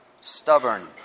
Stubborn